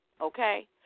Okay